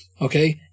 Okay